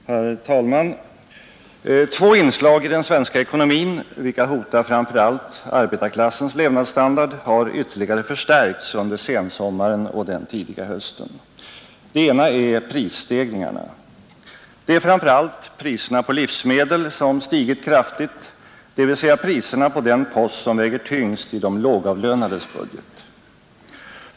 Herr talman! Två inslag i den svenska ekonomin, vilka hotar framför allt arbetarklassens levnadsstandard, har ytterligare förstärkts under sensommaren och den tidiga hösten. Det ena är prisstegringarna. Främst är det priserna på livsmedel som stigit kraftigt, dvs. priserna på den post som väger tyngst i de lågavlönades budget.